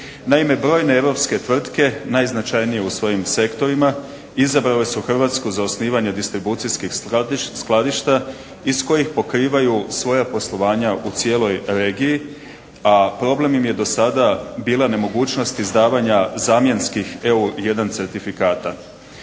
Naime brojne europske tvrtke najznačajnije u svojim sektorima izabrale su Hrvatsku za osnivanje distribucijskih skladišta iz kojih pokrivaju svoja poslovanja u cijeloj regiji, a problem im je do sada bila nemogućnost izdavanja zamjenskih EU 1 certifikata.